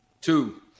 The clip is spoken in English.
Two